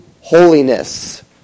holiness